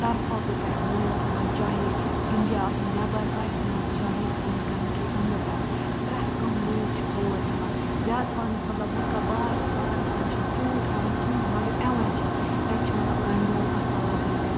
طرفاتو پٮ۪ٹھ لوٗکھ یِوان چاہے انڈیا نیٚبَر آسہِ یا چاہے سانہِ کَنٹرٛی اَنٛدر آسہِ پرٛیٚتھ کانٛہہ لوٗکھ چھِ تور یِوان زیادٕ پَہنَس مطلب ہُتھ کٔنۍ بَہارَس وہارَس مَنٛز چھِنہٕ تیٛوت یِوان کِہیٖنۍ مگر یِوان چھِ تَتہِ چھِ مطلب گَنڈولہٕ آسان لَگٲیِتھ